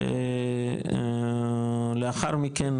ולאחר מכן,